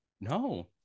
No